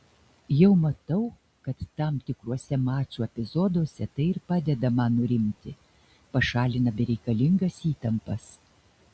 jau matau kad tam tikruose mačų epizoduose tai padeda man nurimti pašalina bereikalingas įtampas